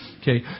Okay